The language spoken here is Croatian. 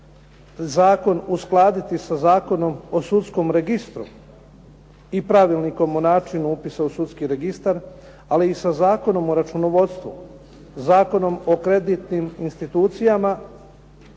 zakon uskladiti sa Zakonom o sudskom registru i Pravilnikom o načinu upisa u sudski registar, ali i sa Zakonom o računovodstvu, Zakonom o kreditnim institucijama